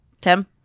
Tim